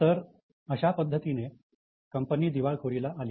तर अशा पद्धतीने कंपनी दिवाळखोरीला आली